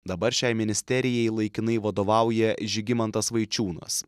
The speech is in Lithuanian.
dabar šiai ministerijai laikinai vadovauja žygimantas vaičiūnas